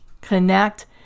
connect